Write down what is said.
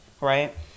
right